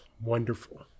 wonderful